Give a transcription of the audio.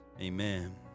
amen